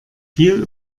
viel